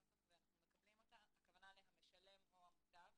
הוספנו פה: "נעשתה עסקת יסוד בין משלם למוטב